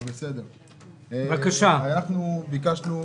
אנחנו ביקשנו